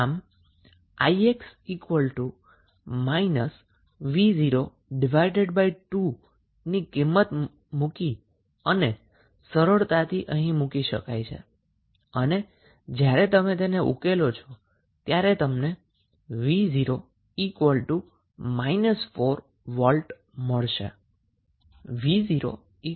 આમ ix v02 ની કિમતને મુકીને તમે તેને સરળતાથી ઉકેલી શકો છો અને જ્યારે તમે તેને સોલ્વ કરો છો ત્યારે તમને 𝑣0−4V ની વેલ્યુ મળે છે